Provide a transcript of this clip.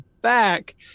back